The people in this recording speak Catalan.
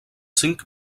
cinc